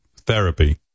therapy